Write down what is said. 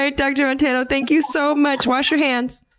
ah dr montano, thank you so much. wash your hands.